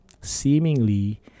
seemingly